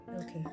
Okay